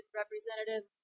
representative